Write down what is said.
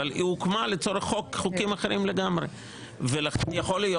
אבל היא הוקמה לצורך חוקים אחרים לגמרי ויכול להיות